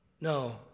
No